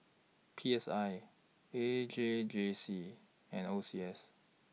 P S I A J G C and O C S